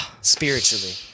Spiritually